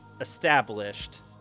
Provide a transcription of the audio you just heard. established